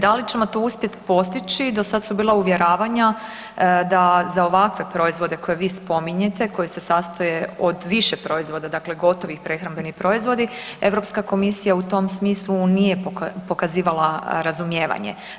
Da li ćemo to uspjeti postići, do sad su bila uvjeravanja da za ovakve proizvode koje vi spominjete, koji se sastoje od više proizvoda, dakle gotovi prehrambeni proizvodi, EU komisija u tom smislu nije pokazivala razumijevanje.